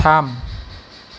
थाम